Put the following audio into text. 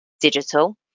digital